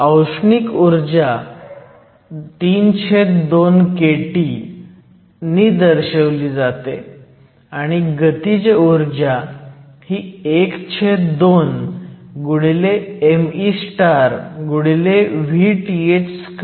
औष्णिक ऊर्जा 32 kT नी दर्शवली जाते आणि गतीज ऊर्जा ही 12meVth2 आहे